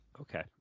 Okay